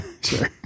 Sure